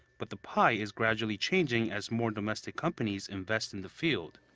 but the pie is gradually changing as more domestic companies invest in the field.